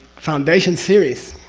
foundation series,